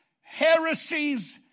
heresies